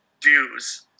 dues